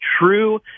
true